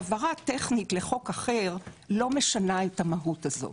העברה טכנית לחוק אחר לא משנה את המהות הזאת